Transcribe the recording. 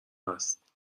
هست